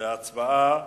להצבעה